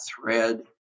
thread